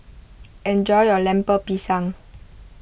enjoy your Lemper Pisang